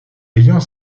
ayant